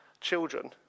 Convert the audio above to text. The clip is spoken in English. children